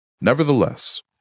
Nevertheless